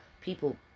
people